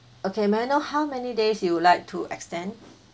okay may I know how many days you would like to extend